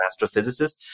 astrophysicist